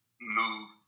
move